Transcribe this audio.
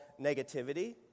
negativity